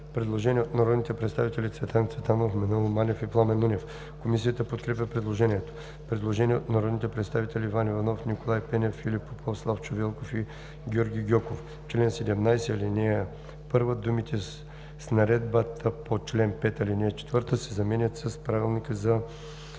предложение от народните представители Цветан Цветанов, Маноил Манев и Пламен Нунев. Комисията подкрепя предложението. Предложение от народните представители Иван Иванов, Николай Пенев, Филип Попов, Славчо Велков и Георги Гьоков: „В чл. 17, ал. 1 думите „с наредбата по чл. 5, ал. 4“ се заменят с „Правилника за